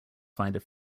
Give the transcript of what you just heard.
finder